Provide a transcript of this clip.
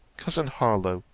cousin harlowe,